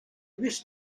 wish